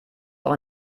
auch